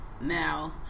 Now